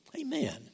Amen